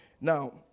Now